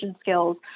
skills